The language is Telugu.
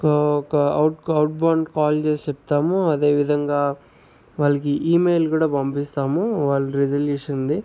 ఒకా ఒక అవుట్ అవుట్ కాల్ చేసి చెప్తాము అదే విధంగా వాళ్ళకి ఈమెయిల్ కూడా పంపిస్తాము వాళ్ళ రిజల్యూషన్ది